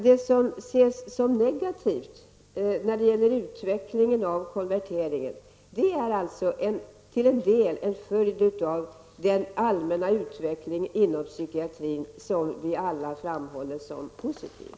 Det som ses som negativt när det gäller utvecklingen av konverteringen är till en del en följd av den allmänna utveckling inom psykiatrin som vi alla framhåller som positiv.